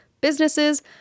businesses